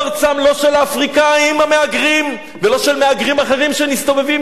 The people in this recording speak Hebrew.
לא של האפריקנים המהגרים ולא של מהגרים אחרים שמסתובבים כאן.